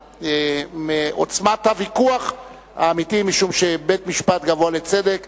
מעוצמת הוויכוח האמיתי, משום שבית-משפט גבוה לצדק